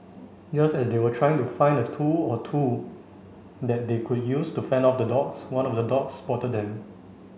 just as they were trying to find a tool or two that they could use to fend off the dogs one of the dogs spotted them